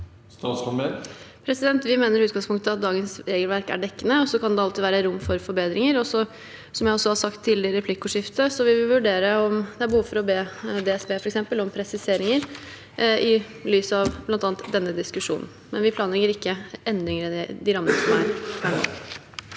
Vi mener i ut- gangspunktet at dagens regelverk er dekkende. Så kan det alltid være rom for forbedringer. Som jeg også har sagt tidligere i replikkordskiftet, vil vi vurdere om det er behov for å be f.eks. DSB om presiseringer i lys av bl.a. denne diskusjonen, men vi planlegger ikke endringer av de rammene som er,